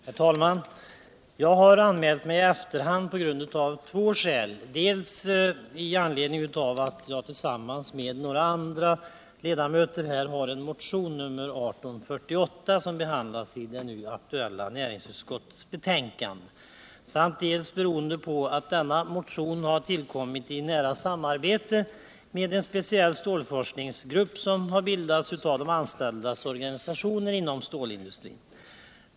Herr talman! Jag har anmält mig som talare i efterhand, och detta av två skäl: dels i anledning av att jag tillsammans med några andra ledamöter har avgett en motion, nr 1848, som behandlas i det nu aktuella näringsutskottets betänkande nr 75, dels beroende på att denna motion har tillkommit i nära samarbete med en speciell stålforskningsgrupp, som bildats av de anställdas organisationer inom stålindustrin.